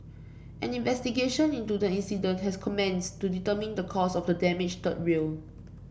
an investigation into the incident has commenced to determine the cause of the damaged third rail